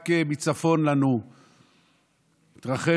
רק מצפון לנו התרחש